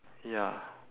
ya